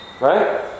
Right